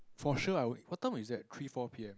for sure I will what time was that three four p_m